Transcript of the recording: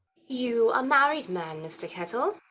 you a married man, mr. kettle?